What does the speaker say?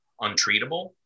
untreatable